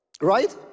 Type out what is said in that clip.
Right